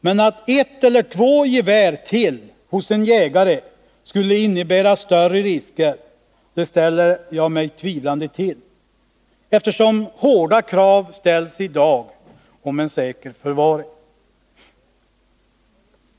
Men att ett eller två gevär till hos en jägare skulle innebära större risker, det ställer jag mig tvivlande till, eftersom det i dag ställs hårda krav på en säker förvaring.